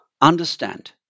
understand